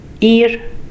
ear